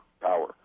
Power